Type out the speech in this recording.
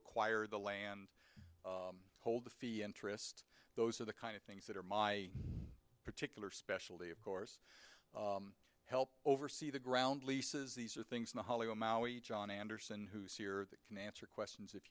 acquire the land hold the fee interest those are the kind of things that are my tickler specialty of course help oversee the ground leases these are things in the hollow maui john anderson who's here that can answer questions if